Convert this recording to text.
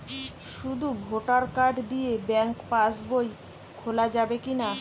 শুধু voter card দিয়ে bank pass বই খোলা যাবে কিনা?